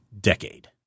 decade